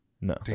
No